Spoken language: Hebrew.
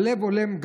// הלב הולם,